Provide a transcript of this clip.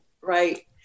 right